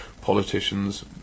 politicians